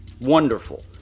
wonderful